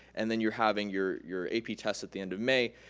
and then you're having your your ap test at the end of may,